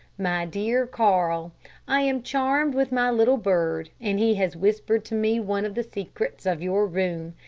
my dear carl i am charmed with my little bird, and he has whispered to me one of the secrets of your room.